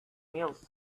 meals